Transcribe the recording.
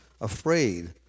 afraid